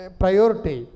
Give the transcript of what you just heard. priority